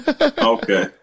Okay